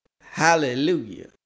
Hallelujah